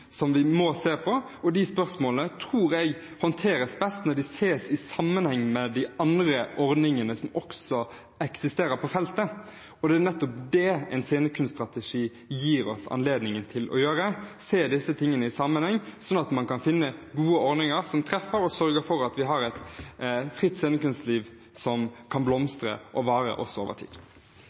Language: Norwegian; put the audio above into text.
som vi må se på, og de spørsmålene tror jeg håndteres best når de ses i sammenheng med de andre ordningene som også eksisterer på feltet. Det er nettopp det en scenekunststrategi gir oss anledning til å gjøre – se disse tingene i sammenheng, sånn at man kan finne gode ordninger som treffer, og sørger for at vi har et fritt scenekunstliv som kan blomstre og vare også over tid.